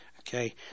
okay